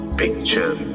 picture